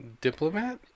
diplomat